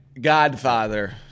Godfather